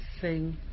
Sing